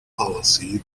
policy